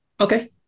Okay